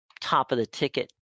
top-of-the-ticket